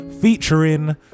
featuring